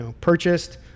purchased